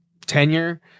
tenure